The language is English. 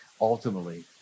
Ultimately